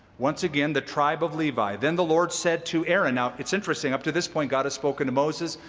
once again, the tribe of levi. then the lord said to aaron now, it's interesting up to this point god has spoken to moses.